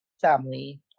family